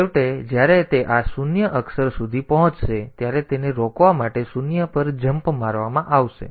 તેથી છેવટે જ્યારે તે આ શૂન્ય અક્ષર સુધી પહોંચશે ત્યારે તેને રોકવા માટે શૂન્ય પર જમ્પ મારવામાં આવશે